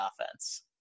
offense